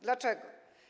Dlaczego?